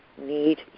need